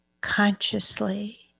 consciously